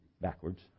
backwards